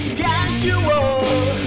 casual